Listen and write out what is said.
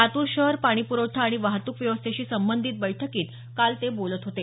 लातूर शहर पाणी पुरवठा आणि वाहतूक व्यवस्थेशी संबंधित बैठकीत काल ते बोलत होते